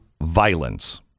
violence